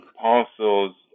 parcels